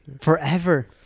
Forever